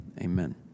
Amen